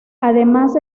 además